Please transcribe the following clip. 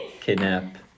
kidnap